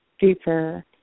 deeper